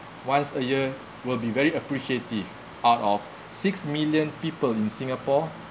once a year will be very appreciative out of six million people in singapore